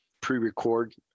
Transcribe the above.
pre-record